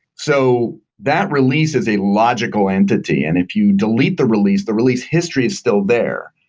so that releases a logical entity, and if you delete the release, the release history is still there.